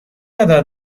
ندارد